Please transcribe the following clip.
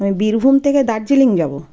আমি বীরভূম থেকে দার্জিলিং যাব